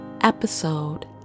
episode